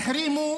החרימו